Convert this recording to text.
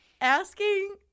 asking